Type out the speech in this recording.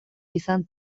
izan